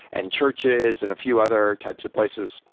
and churches and a few other types of places.